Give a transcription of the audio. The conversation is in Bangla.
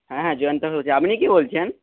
হ্যাঁ হ্যাঁ জয়ন্ত আপনি কে বলছেন